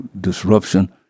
disruption